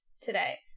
today